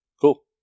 Cool